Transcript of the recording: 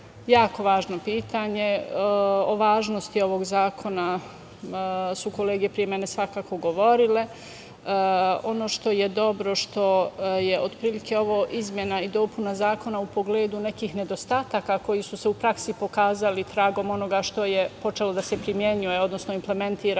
Jako važno pitanje. O važnosti ovog zakona su kolege pre mene svakako govorile. Ono što je dobro je što je ovo otprilike izmena i dopuna zakona u pogledu nekih nedostataka koji su se u praksi pokazali, a tragom onoga što je počelo da se primenjuje, odnosno implementira